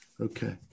Okay